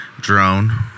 drone